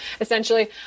essentially